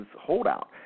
holdout